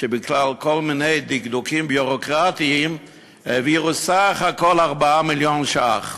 שבגלל כל מיני דקדוקים ביורוקרטיים העבירו בסך הכול 4 מיליון ש"ח.